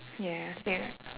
ya same